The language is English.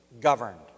governed